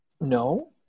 No